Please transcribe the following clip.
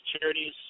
charities